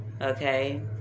Okay